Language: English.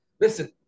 Listen